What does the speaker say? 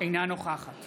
אינה נוכחת